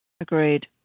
Agreed